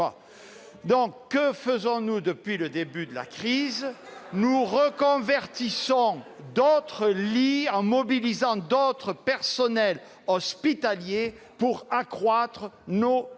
! Que faisons-nous depuis le début de la crise ? Nous reconvertissons d'autres lits, en mobilisant d'autres professionnels hospitaliers, pour accroître nos